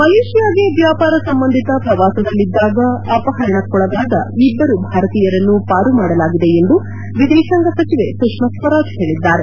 ಮಲೇಷ್ಟಾಗೆ ವ್ಯಾಪಾರ ಸಂಬಂಧಿತ ಪ್ರವಾಸದಲ್ಲಿದ್ದಾಗ ಅಪಹರಣಕ್ಕೊಳಗಾದ ಇಬ್ದರು ಭಾರತೀಯರನ್ನು ಪಾರುಮಾಡಲಾಗಿದೆ ಎಂದು ವಿದೇಶಾಂಗ ಸಚಿವೆ ಸುಷ್ನಾ ಸ್ವರಾಜ್ ಹೇಳದ್ದಾರೆ